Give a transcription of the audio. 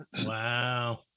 Wow